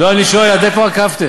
לא, אני שואל עד איפה עקבתם.